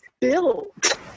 built